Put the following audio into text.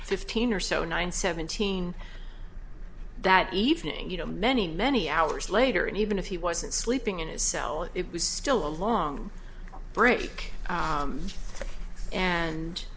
fifteen or so nine seventeen that evening you know many many hours later and even if he wasn't sleeping in his cell it was still a long break